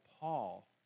Paul